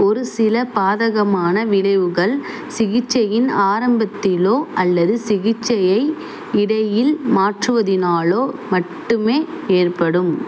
ஒரு சில பாதகமான விளைவுகள் சிகிச்சையின் ஆரம்பத்திலோ அல்லது சிகிச்சையை இடையில் மாற்றுவதினாலோ மட்டுமே ஏற்படும்